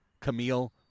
Camille